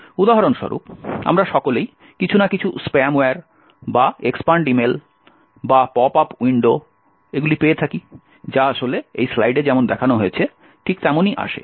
উদাহরণ স্বরূপ আমরা সকলেই কিছু না কিছু স্প্যাম ওয়ার বা এক্সপান্ড ইমেল বা পপ আপ উইন্ডো পেয়ে থাকি যা আসলে এই স্লাইডে যেমন দেখানো হয়েছে ঠিক তেমনই আসে